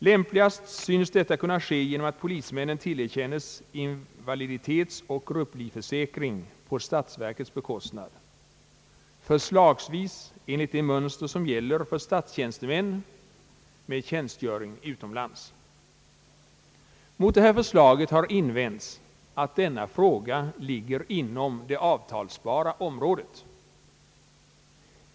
Lämpligast synes detta kunna ske genom att polismännen tillerkännes invaliditetsoch grupplivförsäkring på siatsverkets bekostnad förslagsvis enligt det mönster som gäller för statstjänstemän med tjänstgöring utomlands. Mot detta förslag har invänts att denna fråga ligger inom det avtalsbara området.